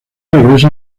regresa